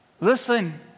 Listen